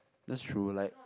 that's true like